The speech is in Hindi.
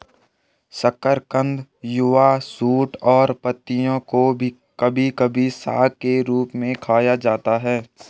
शकरकंद युवा शूट और पत्तियों को कभी कभी साग के रूप में खाया जाता है